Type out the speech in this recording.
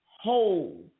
whole